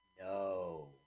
no